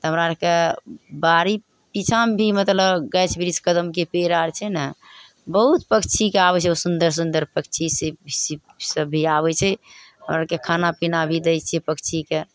तऽ हमरा आओरके बाड़ी पिछाँमे भी मतलब गाछ बिरिछ कदमके पेड़ आओर छै ने बहुत पन्छीके आबै छै ओ सुन्दर सुन्दर पन्छी से से सब भी आबै छै आओर खाना पिना भी दै छिए पन्छीके